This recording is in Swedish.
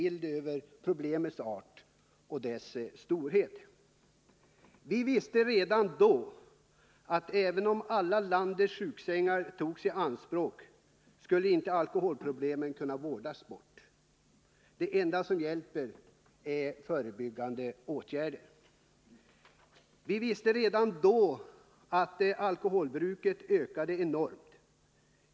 Tack vare att min fråga placerades in i dagens interpellationsdebatt kan jag Vi visste redan då att även om alla landets sjuksängar togs i anspråk, skulle inte alkoholproblemen kunna vårdas bort. Det enda som hjälper är förebyggande åtgärder. Vi visste redan då att alkoholbruket ökade enormt.